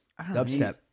Dubstep